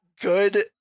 good